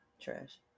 trash